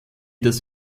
das